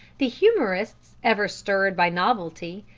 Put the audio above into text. the humorists, ever stirred by novelty,